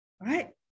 Right